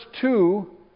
two